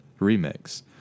remix